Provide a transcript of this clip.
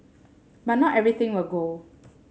but not everything will go